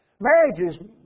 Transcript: Marriages